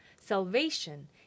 salvation